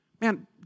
man